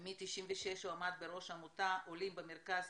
משנת 1996 הוא עמד בראש עמותת עולים במרכז,